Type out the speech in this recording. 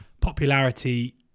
popularity